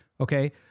Okay